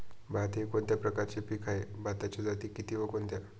भात हे कोणत्या प्रकारचे पीक आहे? भाताच्या जाती किती व कोणत्या?